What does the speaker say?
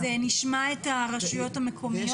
אז נשמע את הרשויות המקומיות.